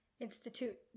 institute